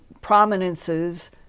prominences